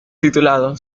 titulado